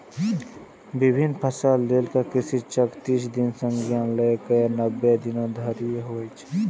विभिन्न फसल लेल कृषि चक्र तीस दिन सं लए कए नब्बे दिन धरि होइ छै